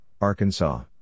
Arkansas